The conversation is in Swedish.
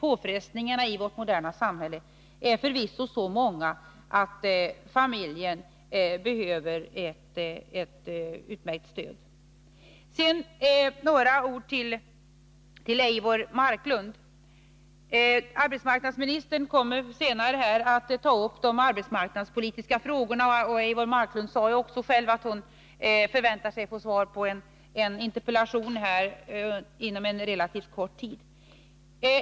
Påfrestningarna i vårt moderna samhälle är förvisso så många att familjen behöver ett aktivt stöd. Sedan några ord till Eivor Marklund. Arbetsmarknadsministern kommer senare här att ta upp de arbetsmarknadspolitiska frågorna. Eivor Marklund sade också själv att hon förväntar att få svar på en interpellation inom en relativt kort tid.